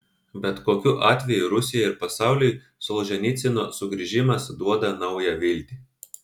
bet kokiu atveju rusijai ir pasauliui solženicyno sugrįžimas duoda naują viltį